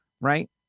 right